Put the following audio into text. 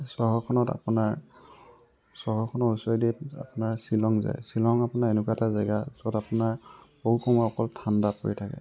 চহৰখনত আপোনাৰ চহৰখনৰ ওচৰেদি আপোনাৰ শ্বিলং যায় শ্বিলং আপোনাৰ এনেকুৱা এটা জাগা য'ত আপোনাৰ বহু সময় অকল ঠাণ্ডা পৰি থাকে